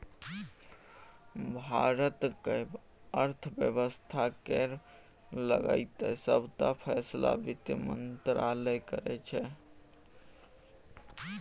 भारतक अर्थ बेबस्था केर लगाएत सबटा फैसला बित्त मंत्रालय करै छै